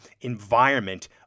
environment